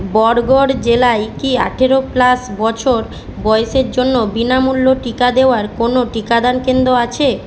বরগড় জেলায় কি আঠেরো প্লাস বছর বয়সের জন্য বিনামূল্য টিকা দেওয়ার কোনও টিকাদান কেন্দ্র আছে